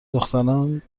دختران